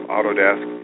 Autodesk